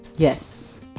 Yes